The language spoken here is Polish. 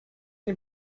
nie